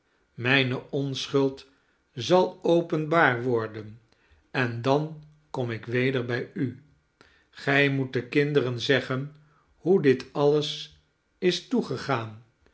mijne onschuld zal openbaar worden en dan kom ik weder bij u gij moet de kinderen zeggen hoe dit alles is toegegaan